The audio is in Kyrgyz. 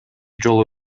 жолу